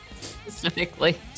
specifically